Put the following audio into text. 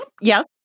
Yes